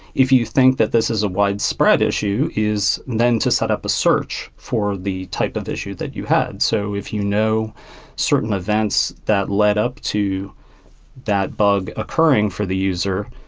if you think that this is a widespread issue, is then to set up a search for the type of issue that you had. so if you know certain events that led up to that bug occurring for the user,